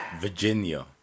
Virginia